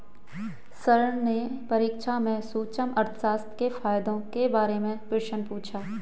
sir ने परीक्षा में सूक्ष्म अर्थशास्त्र के फायदों के बारे में प्रश्न पूछा